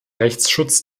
rechtsschutz